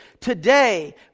today